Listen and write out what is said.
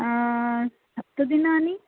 सप्तदिनानि